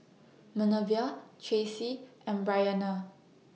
Manervia Traci and Bryanna